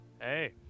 hey